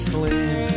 Slim